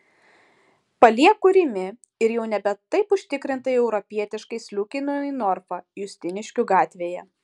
palieku rimi ir jau nebe taip užtikrintai europietiškai sliūkinu į norfą justiniškių gatvėje